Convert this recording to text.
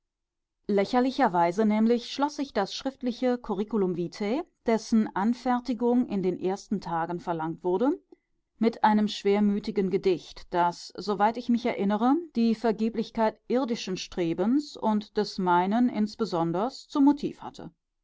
lächerlicherweise nämlich schloß ich das schriftliche curriculum vitae dessen anfertigung in den ersten tagen verlangt wurde mit einem schwermütigen gedicht das soweit ich mich erinnere die vergeblichkeit irdischen strebens und des meinen insbesonders zum motiv hatte